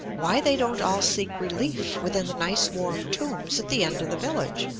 why they don't all seek relief within the nice warm tombs at the end of the village.